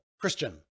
Christian